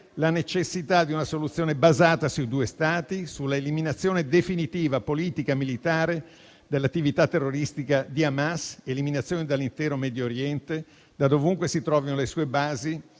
la necessità di una soluzione basata sui due Stati; sull'eliminazione definitiva, politica e militare, dell'attività terroristica di Hamas, eliminazione dall'intero Medio Oriente, da dovunque si trovino le sue basi,